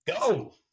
Go